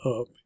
up